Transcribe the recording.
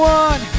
one